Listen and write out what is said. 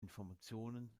informationen